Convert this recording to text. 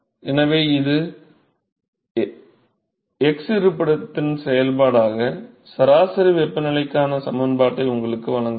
எனவே இது x இருப்பிடத்தின் செயல்பாடாக சராசரி வெப்பநிலைக்கான சமன்பாட்டை உங்களுக்கு வழங்குகிறது